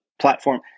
platform